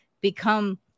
become